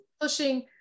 pushing